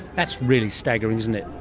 that's really staggering, isn't it.